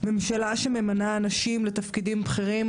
ממשלה שממנה אנשים לתפקידים בכירים,